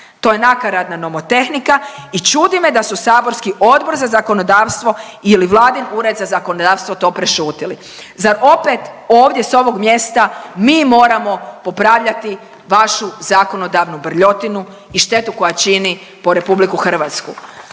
To je nakaradna nomotehnika i čudi me da su saborski Odbor za zakonodavstvo ili Vladin Ured za zakonodavstvo to prešutjeli. Zar opet ovdje s ovog mjesta mi moramo popravljati vašu zakonodavnu brljotinu i štetu koja čini po RH? A kad